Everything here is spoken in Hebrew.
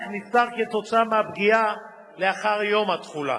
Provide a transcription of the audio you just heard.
אך נפטר כתוצאה מהפגיעה לאחר יום התחולה.